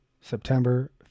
september